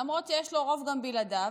למרות שיש לו רוב גם בלעדיו,